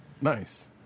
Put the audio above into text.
Nice